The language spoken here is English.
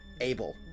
Abel